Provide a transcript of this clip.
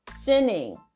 sinning